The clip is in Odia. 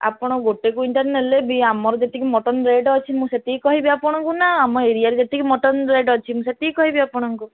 ଆପଣ ଗୋଟେ କୁଇଣ୍ଟାଲ ନେଲେବି ଆମର ଯେତିକି ମଟନ୍ ରେଟ୍ ଅଛି ମୁଁ ସେତିକି କହିବି ଆପଣଙ୍କୁ ନା ଆମ ଏରିଆରେ ଯେତିକି ମଟନ୍ ରେଟ୍ ଅଛି ମୁଁ ସେତିକି କହିବି ଆପଣଙ୍କୁ